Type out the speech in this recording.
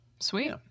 sweet